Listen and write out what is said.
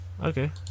Okay